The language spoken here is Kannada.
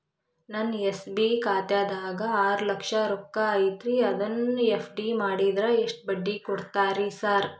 ನನ್ನ ಎಸ್.ಬಿ ಖಾತ್ಯಾಗ ಆರು ಲಕ್ಷ ರೊಕ್ಕ ಐತ್ರಿ ಅದನ್ನ ಎಫ್.ಡಿ ಮಾಡಿದ್ರ ಎಷ್ಟ ಬಡ್ಡಿ ಕೊಡ್ತೇರಿ ಸರ್?